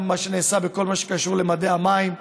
גם מה שנעשה בכל מה שקשור למדי המים,